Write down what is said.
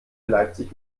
leipzig